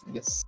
Yes